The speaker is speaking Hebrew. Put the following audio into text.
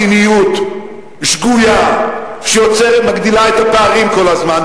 זה ויכוח על מדיניות שגויה שמגדילה את הפערים כל הזמן,